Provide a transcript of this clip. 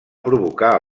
provocar